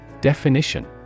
Definition